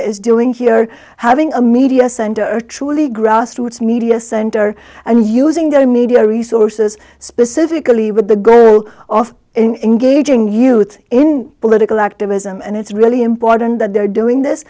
is doing here having a media center or truly grassroots media center and using the media resources specifically with the go off and engaging youth in political activism and it's really important that they're doing this